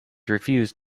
refused